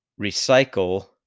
recycle